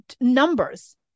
numbers